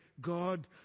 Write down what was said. God